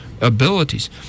abilities